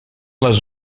les